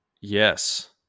Yes